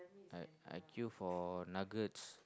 I I queue for nuggets